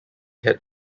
had